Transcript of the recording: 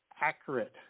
accurate